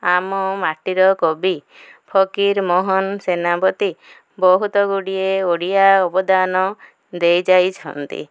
ଆମ ମାଟିର କବି ଫକୀର ମୋହନ ସେନାପତି ବହୁତ ଗୁଡ଼ିଏ ଓଡ଼ିଆ ଅବଦାନ ଦେଇ ଯାଇଛନ୍ତି